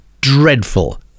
dreadful